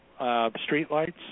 streetlights